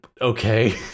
Okay